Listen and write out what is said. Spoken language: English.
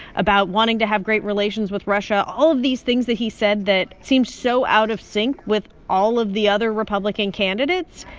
about wanting to have great relations with russia all of these things that he said that seemed so out of sync with all of the other republican candidates